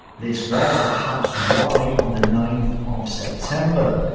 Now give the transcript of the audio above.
this was perhaps why, on the ninth of september,